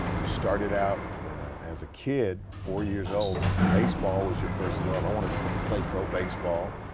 um you started out as a kid. four years old. baseball was you first love. i want to play pro-baseball.